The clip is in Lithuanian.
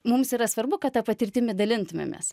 mums yra svarbu kad ta patirtimi dalintumėmės